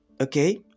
okay